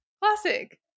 Classic